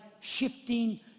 shifting